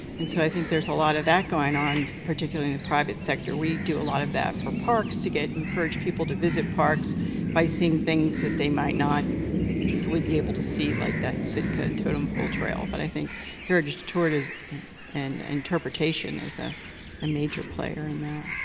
and so i think there's a lot of that going on, particularly in the private sector. we do a lot of that for parks to encourage people to visit parks by seeing things that they might not easily be able to see like that totem pole trail. but i think heritage tourism and interpretation is ah a major player in that.